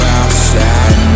outside